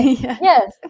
yes